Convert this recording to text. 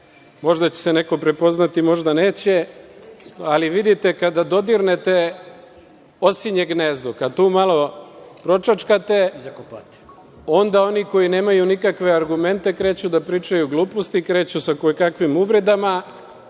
Možda će se neko prepoznati, a možda neće, ali, vidite, kada dodirnete osinje gnezdo, kada tu malo pročačkate, onda oni koji nemaju nikakve argumente, kreću da pričaju gluposti, kreću sa koje kakvim uvredama,